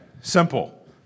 simple